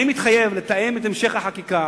אני מתחייב לתאם את המשך החקיקה